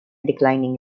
declining